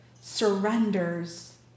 surrenders